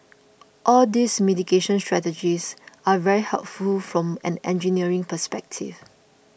all these mitigation strategies are very helpful from an engineering perspective